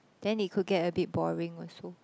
then it could get a bit boring also